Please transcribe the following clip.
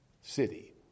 city